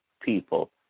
people